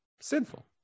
sinful